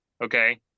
okay